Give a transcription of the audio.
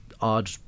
odd